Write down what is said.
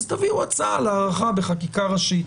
תביאו הצעה להארכה בחקיקה ראשית.